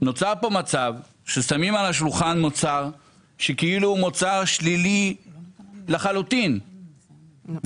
נוצר כאן מצב ששמים על השולחן מוצר שכאילו הוא מוצר שלילי לחלוטין וצריך